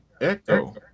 Echo